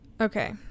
okay